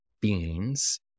beings